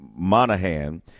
Monahan